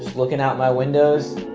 looking out my windows.